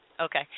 okay